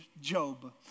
Job